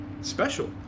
special